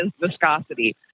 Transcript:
viscosity